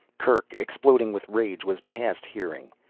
kerk, exploding with rage, was past hearing.